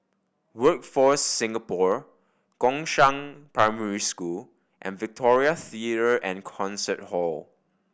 Workforce Singapore Gongshang Primary School and Victoria Theatre and Concert Hall